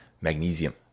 magnesium